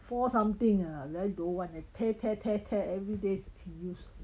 four something ah like that don't want a tear tear tear tear everyday to use